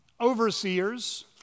overseers